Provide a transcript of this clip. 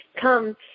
Come